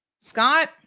Scott